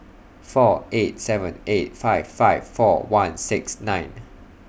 four eight seven eight five five four one six nine